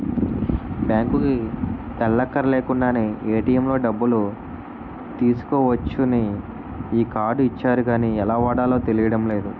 బాంకుకి ఎల్లక్కర్లేకుండానే ఏ.టి.ఎం లో డబ్బులు తీసుకోవచ్చని ఈ కార్డు ఇచ్చారు గానీ ఎలా వాడాలో తెలియడం లేదు